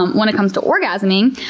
um when it comes to orgasming,